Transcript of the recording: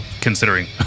considering